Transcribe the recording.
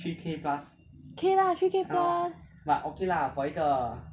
okay lah three K plus